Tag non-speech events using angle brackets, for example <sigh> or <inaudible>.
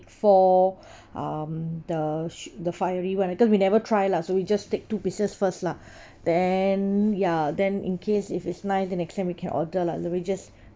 four um the su~ the fiery [one] because we never try lah so we just take two pieces first lah <breath> then ya then in case if is nice then next time we can order lah let we just